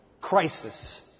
crisis